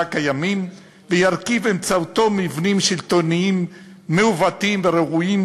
קיימים וירכיב באמצעותם מבנים שלטוניים מעוותים ורעועים,